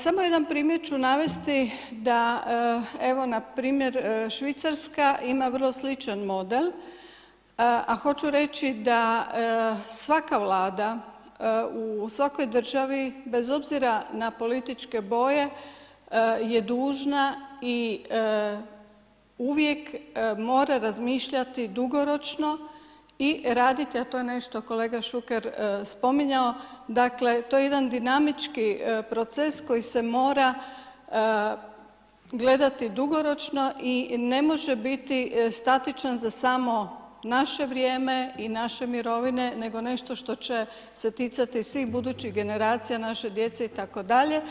Samo jedan primjer ću navesti da evo npr. Švicarska ima vrlo sličan model a hoću reći svaka vlada u svakoj državi bez obzira na političke boje je dužna i uvijek mora razmišljati dugoročno i raditi, a to je nešto kolega Šuker spominjao, dakle to je jedan dinamički proces koji se mora gledati dugoročno i ne može biti statičan za samo naše vrijeme i naše mirovine nego nešto što će se ticati svih budućih generacije, naše djece itd.